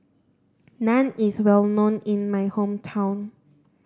naan is well known in my hometown